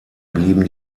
blieben